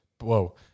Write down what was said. Whoa